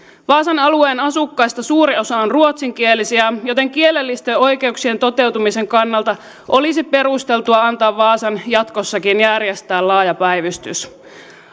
vaasan alueen asukkaista suuri osa on ruotsinkielisiä joten kielellisten oikeuksien toteutumisen kannalta olisi perusteltua antaa vaasan jatkossakin järjestää laaja päivystys